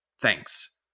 Thanks